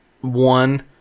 One